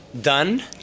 done